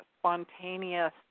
spontaneous